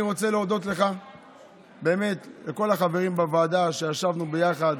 אני באמת רוצה להודות לך ולכל החברים בוועדה על שישבנו יחד.